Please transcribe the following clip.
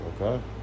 Okay